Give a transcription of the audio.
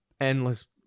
endless